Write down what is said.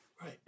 Right